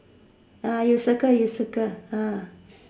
you circle you circle